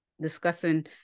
Discussing